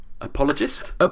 Apologist